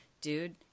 dude